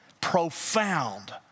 profound